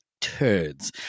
turds